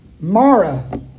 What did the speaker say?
Mara